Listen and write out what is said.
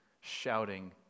shouting